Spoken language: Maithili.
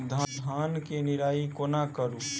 धान केँ निराई कोना करु?